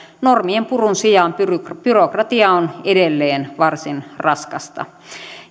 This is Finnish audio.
normien purun sijaan byrokratia on edelleen varsin raskasta